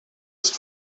ist